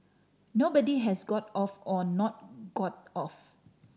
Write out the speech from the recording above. nobody has got off or not got off